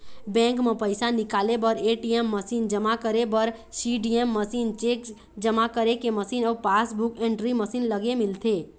bank म पइसा निकाले बर ए.टी.एम मसीन, जमा करे बर सीडीएम मशीन, चेक जमा करे के मशीन अउ पासबूक एंटरी मशीन लगे मिलथे